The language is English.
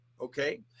Okay